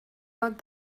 hold